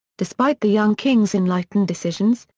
despite the young king's enlightened decisions,